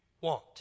want